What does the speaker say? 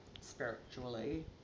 spiritually